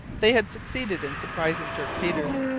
they had succeeded in surprising dirk peters,